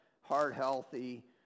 heart-healthy